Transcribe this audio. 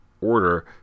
order